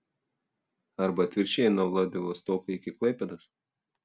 arba atvirkščiai nuo vladivostoko iki klaipėdos